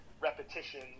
repetition